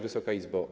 Wysoka Izbo!